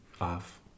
off